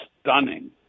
stunning